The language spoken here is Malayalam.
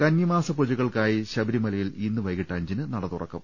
കന്നിമാസ പൂജകൾക്കായി ശബരിമലയിൽ ഇന്ന് വൈകിട്ട് അഞ്ചിന് നട തുറക്കും